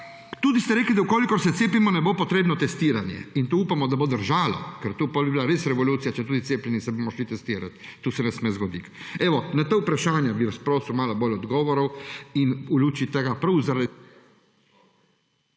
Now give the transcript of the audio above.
Tudi ste rekli, da v kolikor se cepimo, ne bo potrebno testiranje. To upamo, da bo držalo, ker to potem bi bila res revolucija, če se bomo tudi cepljeni šli testirat. To se ne sme zgoditi. Evo, na ta vprašanja bi vas prosil maloveč odgovorov in v luči tega prav zaradi